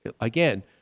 again